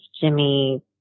Jimmy